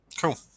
Cool